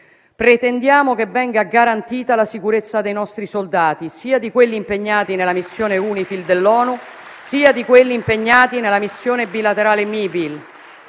Pretendiamo che venga garantita la sicurezza dei nostri soldati, sia di quelli impegnati nella missione UNIFIL dell'ONU, sia di quelli impegnati nella Missione militare